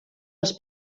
als